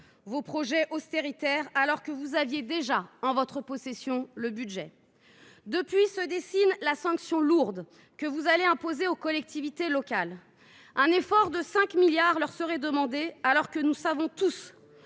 vos projets austéritaires, alors que vous aviez déjà en votre possession le projet de budget. Depuis se dessine la sanction lourde que vous allez imposer aux collectivités locales. Un effort de 5 milliards d’euros leur serait demandé, alors que nous connaissons tous